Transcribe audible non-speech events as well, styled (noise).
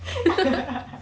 (laughs)